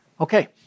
Okay